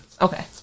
Okay